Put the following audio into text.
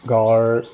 গাঁৱৰ